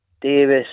Davis